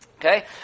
Okay